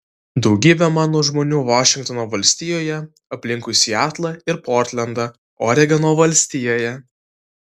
daugybė mano žmonių vašingtono valstijoje aplinkui sietlą ir portlendą oregono valstijoje